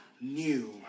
new